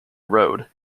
road